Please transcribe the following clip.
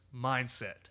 mindset